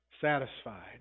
satisfied